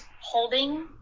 holding